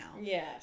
Yes